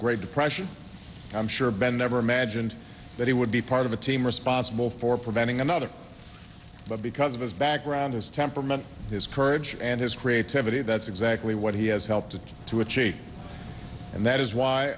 great depression i'm sure ben never imagined that he would be part of the team responsible for preventing another but because of his background his temperament his courage and his creativity that's exactly what he has helped to achieve and that is why